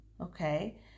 okay